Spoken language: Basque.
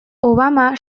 obama